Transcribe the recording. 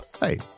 Hey